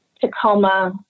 Tacoma